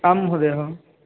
आं महोदयः